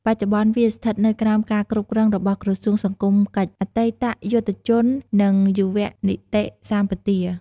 បច្ចុប្បន្ន វាស្ថិតនៅក្រោមការគ្រប់គ្របរបស់ក្រសួងសង្គមកិច្ច អតីតយុទ្ធជន និង យុវនីតិសម្បទា។